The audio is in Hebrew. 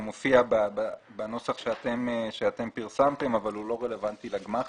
הוא מופיע בנוסח שאתם פרסמתם אבל הוא לא רלוונטי לגמ"חים.